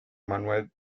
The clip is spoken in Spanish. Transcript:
manuel